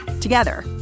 Together